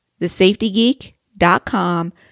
thesafetygeek.com